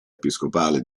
episcopale